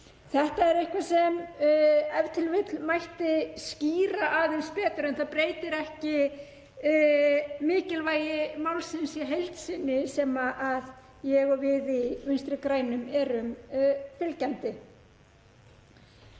Þetta er eitthvað sem e.t.v. mætti skýra aðeins betur. En það breytir ekki mikilvægi málsins í heild sinni sem ég og við í Vinstri grænum erum fylgjandi.